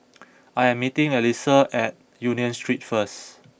I am meeting Alisa at Union Street first